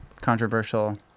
controversial